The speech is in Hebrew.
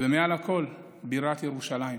ומעל הכול בירתנו ירושלים,